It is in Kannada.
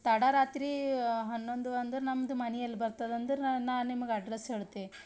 ತಡ ರಾತ್ರಿ ಹನ್ನೊಂದು ಅಂದ್ರೆ ನಮ್ಮದು ಮನೆ ಎಲ್ಲಿ ಬರ್ತದೆ ಅಂದ್ರೆ ನಾನು ನಿಮಗೆ ಅಡ್ರೆಸ್ ಹೇಳ್ತೇನೆ